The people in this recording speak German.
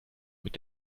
mit